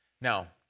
Now